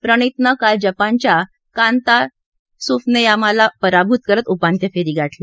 प्रणीतनं काल जपानच्या कांटा त्सुफनेयामाला पराभूत करत उपांत्यफेरी गाठली